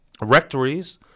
rectories